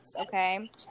Okay